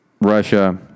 Russia